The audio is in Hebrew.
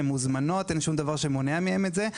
הן מוזמנות; אין שום דבר שמונע מהן את זה.